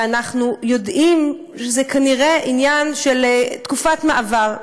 ואנחנו יודעים שזה כנראה עניין של תקופת מעבר,